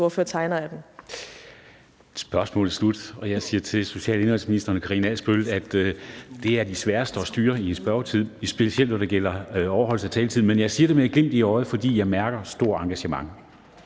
Kristensen): Spørgsmålet er slut. Og jeg siger til social- og indenrigsministeren og Karina Adsbøl, at det er de sværeste at styre i en spørgetid, specielt når det gælder overholdelse af taletiden, men jeg siger det med et glimt i øjet, fordi jeg mærker et stort engagement.